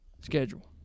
schedule